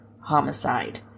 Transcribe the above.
homicide